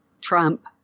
Trump